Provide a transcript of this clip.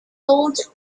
goals